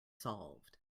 solved